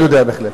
אני יודע בהחלט.